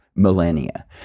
Millennia